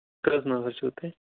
کٔژ نفر چھِو تُہۍ